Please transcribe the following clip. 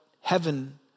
heaven